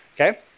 okay